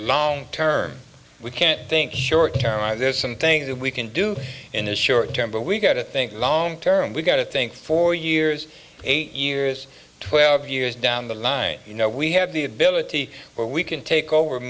long term we can't think short term i there's some things that we can do in the short term but we've got to think long term we've got to think four years eight years twelve years down the line you know we have the ability where we can take over